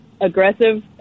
aggressive